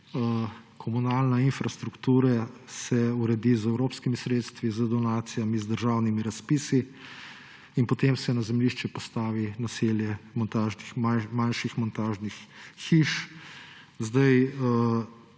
Komunalna infrastruktura se uredi z evropskimi sredstvi, z donacijami, z državnimi razpisi in potem se na zemljišče postavi naselje manjših montažnih hiš. Po